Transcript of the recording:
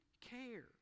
care